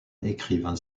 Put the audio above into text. écrivain